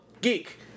geek